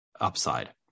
upside